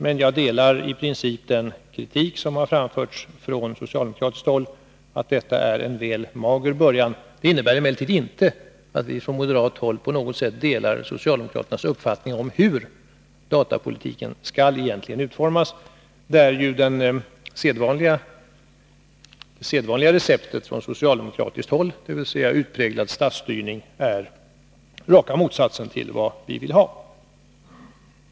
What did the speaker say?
Men jag delar i princip den kritik som har framförts från socialdemokratiskt håll, nämligen att det är en väl mager början. Detta innebär emellertid inte att vi på moderat håll på något sätt delar socialdemokraternas uppfattning om hur datapolitiken egentligen bör utformas. Det sedvanliga socialdemokratiska receptet, dvs. utpräglad statsstyrning, är raka motsatsen till vad vi vill ha.